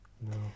no